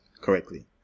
correctly